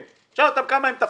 שאל אותם כמה הם תפסו,